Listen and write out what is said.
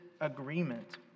agreement